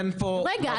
אין פה --- רגע,